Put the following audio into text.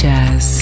Jazz